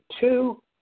two